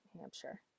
Hampshire